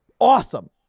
awesome